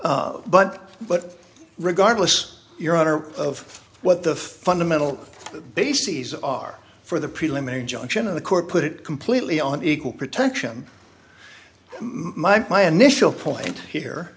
panel but but regardless your honor of what the fundamental bases are for the preliminary injunction of the court put it completely on equal protection mike my initial point here